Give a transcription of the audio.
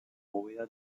bóveda